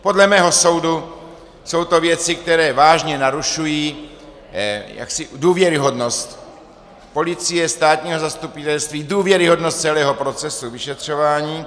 Podle mého soudu jsou to věci, které vážně narušují důvěryhodnost policie, státního zastupitelství, důvěryhodnost celého procesu vyšetřování.